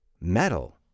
Metal